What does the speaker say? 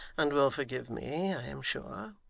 and will forgive me, i am sure